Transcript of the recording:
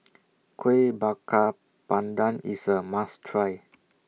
Kuih Bakar Pandan IS A must Try